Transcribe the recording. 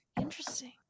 Interesting